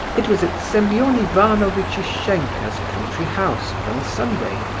it was at semeon ivanovitch ishenka's country house, one sunday.